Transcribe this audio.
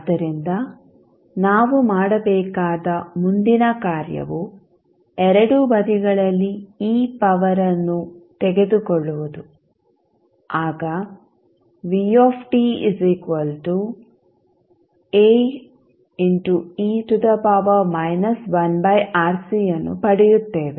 ಆದ್ದರಿಂದ ನಾವು ಮಾಡಬೇಕಾದ ಮುಂದಿನ ಕಾರ್ಯವು ಎರಡೂ ಬದಿಗಳಲ್ಲಿ E ಪವರ್ಅನ್ನು ತೆಗೆದುಕೊಳ್ಳುವುದು ಆಗ ಅನ್ನು ಪಡೆಯುತ್ತೇವೆ